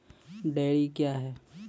Dairy क्या हैं?